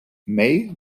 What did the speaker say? may